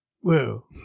Whoa